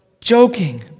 joking